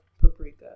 Paprika